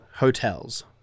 hotels